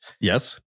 yes